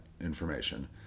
information